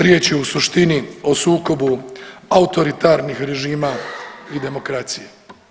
Riječ je u suštini o sukobu autoritarnih režima i demokracije.